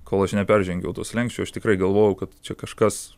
kol aš neperžengiau to slenksčio aš tikrai galvojau kad čia kažkas